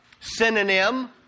synonym